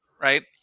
right